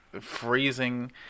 freezing